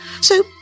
so